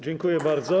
Dziękuję bardzo.